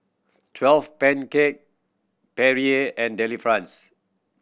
twelve Perrier and Delifrance